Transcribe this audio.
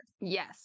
Yes